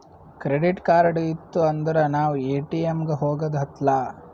credit card ಇತ್ತು ಅಂದುರ್ ನಾವ್ ಎ.ಟಿ.ಎಮ್ ಗ ಹೋಗದ ಹತ್ತಲಾ